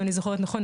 אם אני זוכרת נכון,